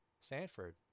Sanford